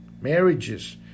Marriages